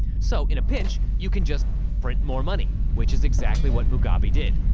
so, in a pinch, you can just print more money, which is exactly what mugabe did.